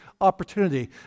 opportunity